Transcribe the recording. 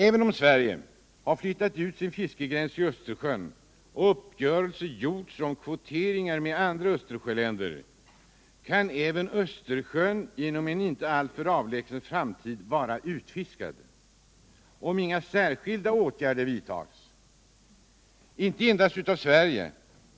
Även om Sverige har flyttat ut sin fiskegräns i Östersjön och uppgörelse med andra Östersjöländer träffats om kvoteringar, kan Östersjön inom en snar framtid bli ”utfiskad”) om inga särskilda åtgärder vidtas och då inte endast av Sverige